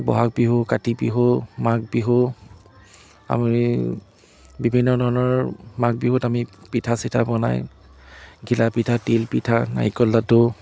বহাগ বিহু কাতি বিহু মাঘ বিহু আমি বিভিন্ন ধৰণৰ মাঘ বিহুত আমি পিঠা চিঠা বনাই ঘিলা পিঠা তিল পিঠা নাৰিকল লাড়ু